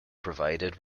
provided